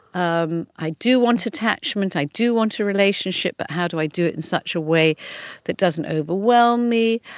um i do want attachment, i do want a relationship but how do i do it in such a way that doesn't overwhelm me?